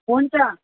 हुन्छ